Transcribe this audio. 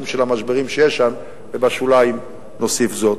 של המשברים שיש שם ובשוליים נוסיף זאת.